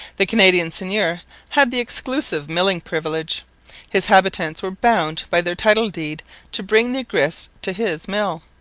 the canadian seigneur had the exclusive milling privilege his habitants were bound by their title-deed to bring their grist to his mill,